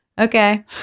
okay